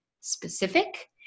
specific